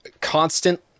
constant